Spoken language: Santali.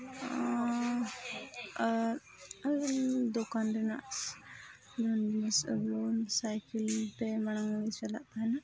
ᱫᱚᱠᱟᱱ ᱨᱮᱱᱟᱜ ᱡᱤᱱᱤᱥ ᱟᱹᱜᱩ ᱥᱟᱭᱠᱮᱞᱛᱮ ᱢᱟᱲᱟᱝᱮᱢ ᱪᱟᱞᱟᱜ ᱛᱟᱦᱮᱱᱟ